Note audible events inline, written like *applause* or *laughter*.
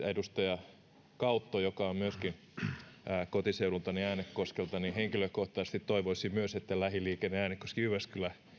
*unintelligible* edustaja kautolle joka myöskin on kotiseudultani äänekoskelta henkilökohtaisesti toivoisin myös että lähiliikenne äänekoski jyväskylä